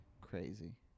Crazy